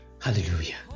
hallelujah